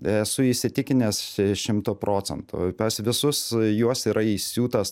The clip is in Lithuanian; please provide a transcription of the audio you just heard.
esu įsitikinęs šimtu procentų pas visus juos yra įsiūtas